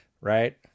right